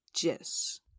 Yes